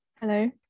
Hello